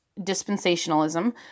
dispensationalism